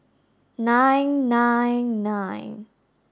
nine nine nine